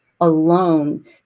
alone